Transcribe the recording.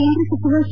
ಕೇಂದ್ರ ಸಚಿವ ಕೆ